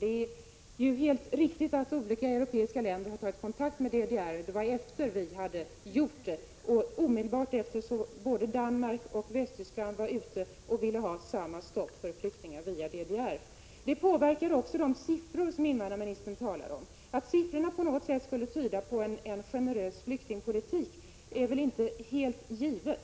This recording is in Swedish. Det är helt riktigt att olika europeiska länder har tagit kontakt med DDR -— det var efter det att Sverige hade gjort det. Omedelbart efter var både Danmark och Västtyskland ute och ville ha samma stopp för flyktingar via DDR. Det påverkade också de siffror som invandrarministern talade om. Att siffrorna på något sätt skulle tyda på en generös flyktingpolitik är inte helt givet.